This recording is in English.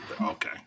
Okay